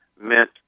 meant